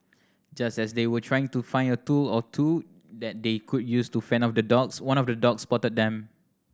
just as they were trying to find a tool or two that they could use to fend off the dogs one of the dogs spotted them